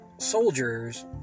Soldiers